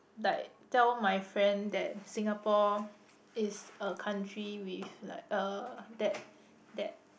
like tell my friend that Singapore is a country with like uh that that